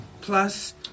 plus